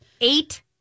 Eight